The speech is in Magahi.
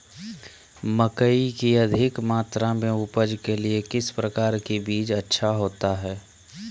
मकई की अधिक मात्रा में उपज के लिए किस प्रकार की बीज अच्छा होता है?